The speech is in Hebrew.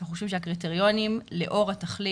אנחנו חושבים שהקריטריונים, לאור התכלית,